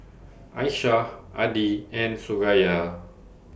Aisyah Adi and Suraya